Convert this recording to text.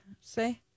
say